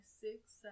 six